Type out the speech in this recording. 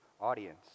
audience